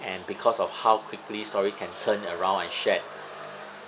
and because of how quickly stories can turn around and shared